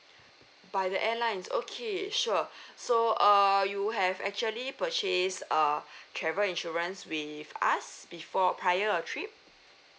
by the airlines okay sure so err you have actually purchased uh travel insurance with us before prior your trip